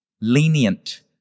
lenient